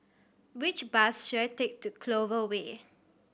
which bus should I take to Clover Way